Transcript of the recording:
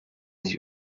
nicht